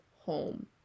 home